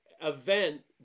event